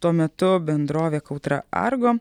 tuo metu bendrovė kautra argo